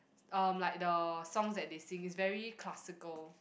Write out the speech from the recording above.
um like the song that they sing is very classical